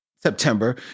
September